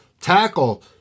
Tackle